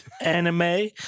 Anime